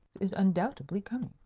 is undoubtedly coming.